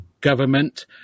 government